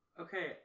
Okay